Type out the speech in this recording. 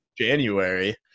January